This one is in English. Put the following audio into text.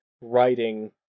writing